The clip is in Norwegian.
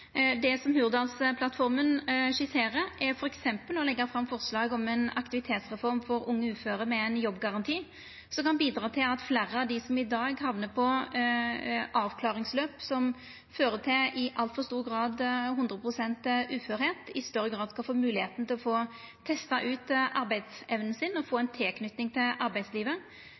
det ikkje føre planar om det. Det som Hurdalsplattforma skisserer, er f.eks. å leggja fram forslag om ei aktivitetsreform for unge uføre med ein jobbgaranti, som kan bidra til at fleire av dei som i dag hamnar på avklaringsløp, som i altfor stor grad fører til 100 pst. uførleik, i større grad skal få moglegheita til å testa ut arbeidsevna si og få ei tilknyting til arbeidslivet.